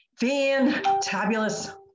Fantabulous